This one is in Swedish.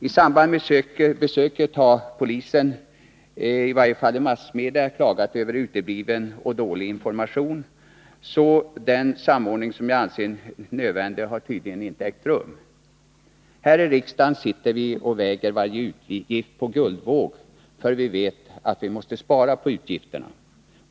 I samband med besöket har polisen i varje fall i massmedia klagat över utebliven och dålig information, så den samordning som jag anser nödvändig har tydligen inte ägt rum. Här i riksdagen sitter vi och väger varje utgift på guldvåg, för vi vet att vi måste spara.